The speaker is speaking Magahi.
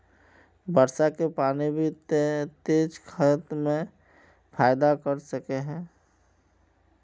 वर्षा के पानी भी ते खेत में फायदा कर सके है?